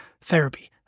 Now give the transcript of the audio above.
therapy